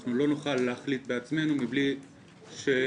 ואנחנו לא נוכל להחליט בעצמנו מבלי --- אתה